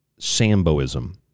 Samboism